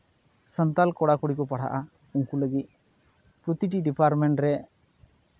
ᱥᱟᱱᱛᱟᱲ ᱠᱚᱲᱟ ᱠᱩᱲᱤ ᱠᱚ ᱯᱟᱲᱦᱟᱜᱼᱟ ᱩᱱᱠᱩ ᱞᱟᱹᱜᱤᱫ ᱯᱨᱚᱛᱤᱴᱤ ᱰᱤᱯᱟᱨᱴᱢᱮᱱᱴ ᱨᱮ